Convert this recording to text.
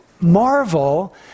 marvel